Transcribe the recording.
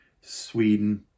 Sweden